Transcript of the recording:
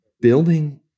building